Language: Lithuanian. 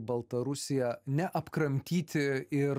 baltarusiją neapkramtyti ir